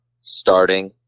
starting